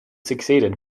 succeeded